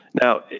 Now